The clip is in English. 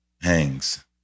hangs